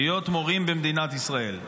להיות מורים במדינת ישראל.